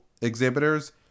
exhibitors